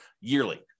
yearly